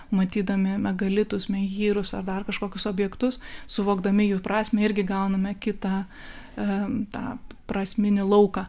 matydami megalitus menhyrus ar dar kažkokius objektus suvokdami jų prasmę irgi gauname kitą prasminį lauką